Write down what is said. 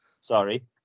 Sorry